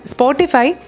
Spotify